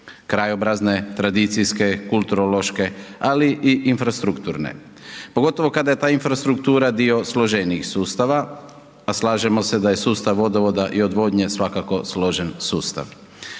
krajobrazne, tradicijske, kulturološke ali i infrastrukturne pogotovo kada je ta infrastruktura dio složenijih sustava a slažemo se da je sustav vodovoda i odvodnje svakako složen sustav.